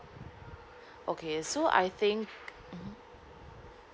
okay so I think mmhmm